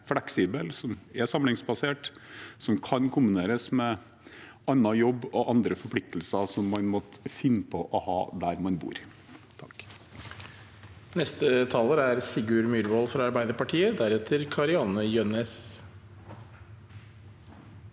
som er fleksible, som er samlingsbaserte, og som kan kombineres med annen jobb og andre forpliktelser man måtte finne på å ha der man bor.